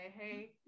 Hey